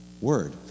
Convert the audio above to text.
word